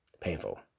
Painful